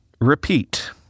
Repeat